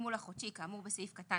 מהתגמול כאמור בסעיף קטן